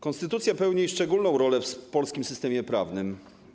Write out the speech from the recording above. Konstytucja pełni szczególną rolę w polskim systemie prawnym.